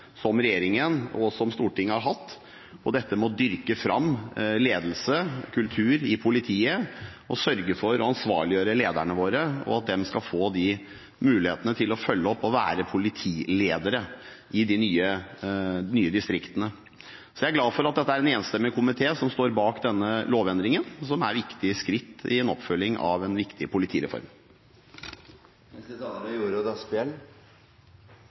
som justiskomiteen, regjeringen og Stortinget har hatt på dette med å dyrke fram ledelse og kultur i politiet og å sørge for å ansvarliggjøre lederne våre, og at de skal få de mulighetene til å følge opp og være politiledere i de nye distriktene. Jeg er glad for at det er en enstemmig komité som står bak denne lovendringen, som er et viktig skritt i oppfølgingen av en viktig politireform. I likhet med Ulf Leirstein mener jeg også at det er